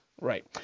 Right